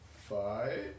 five